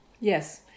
Yes